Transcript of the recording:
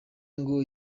ngo